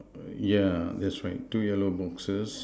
yeah that's right two yellow boxes